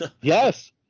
Yes